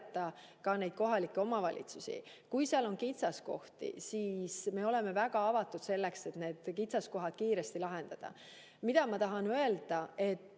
ka kohalikke omavalitsusi. Kui seal on kitsaskohti, siis me oleme väga avatud selleks, et [aidata] need kiiresti lahendada. Mida ma tahan öelda?